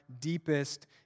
deepest